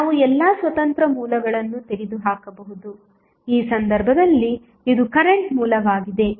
ನಾವು ಎಲ್ಲಾ ಸ್ವತಂತ್ರ ಮೂಲಗಳನ್ನು ತೆಗೆದುಹಾಕಬಹುದು ಈ ಸಂದರ್ಭದಲ್ಲಿ ಇದು ಕರೆಂಟ್ ಮೂಲವಾಗಿದೆ